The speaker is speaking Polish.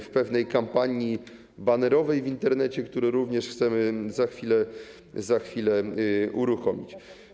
W pewnej kampanii banerowej w Internecie, którą również chcemy za chwilę uruchomić.